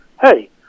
Hey